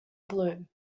blue